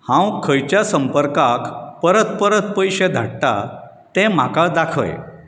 हांव खंयच्या संपर्कांक परत परत पयशे धाडटां ते म्हाका दाखय